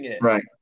right